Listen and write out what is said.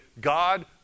God